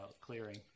clearing